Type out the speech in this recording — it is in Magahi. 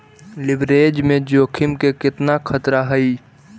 लिवरेज में जोखिम के केतना खतरा हइ?